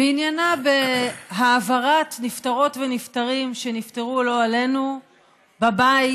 ועניינה העברת נפטרות ונפטרים שנפטרו לא עלינו בבית